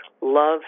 love